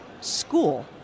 school